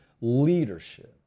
leadership